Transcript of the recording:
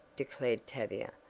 declared tavia.